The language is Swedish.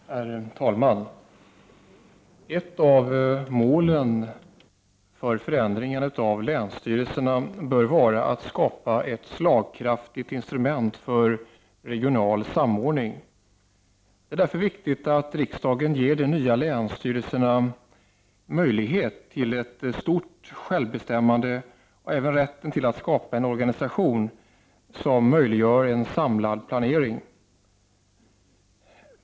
Herr talman! Ett av målen för förändringen av länsstyrelserna bör vara att skapa ett slagkraftigt instrument för regional samordning. Det är därför viktigt att riksdagen ger de nya länsstyrelserna möjlighet till ett högt självbestämmande och även rätten till att skapa en organisation som möjliggör en samlad planering.